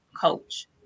coach